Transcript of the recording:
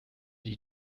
die